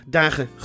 dagen